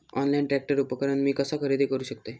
Online tractor उपकरण मी कसा खरेदी करू शकतय?